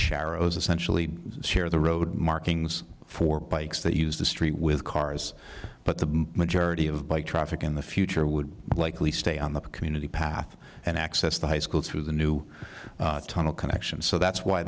as essentially share the road markings for bikes that use the street with cars but the majority of bike traffic in the future would likely stay on the community path and access the high school through the new tunnel connection so that's why